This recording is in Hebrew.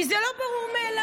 כי זה לא ברור מאליו.